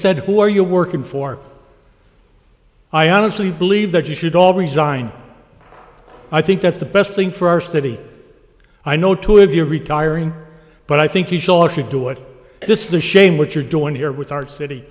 said who are you working for i honestly believe that you should all resign i think that's the best thing for our city i know to have you're retiring but i think you should do it this the shame what you're doing here with our city